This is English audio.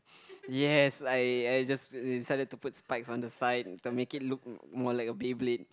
yes I I just decided to put spikes on the side to make it look more like a Beyblade